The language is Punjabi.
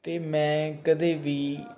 ਅਤੇ ਮੈਂ ਕਦੇ ਵੀ